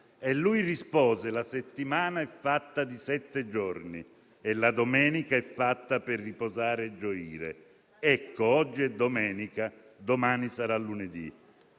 Egli rispose: la settimana è fatta di sette giorni e la domenica è fatta per riposare e gioire. Ecco, oggi è domenica, domani sarà lunedì.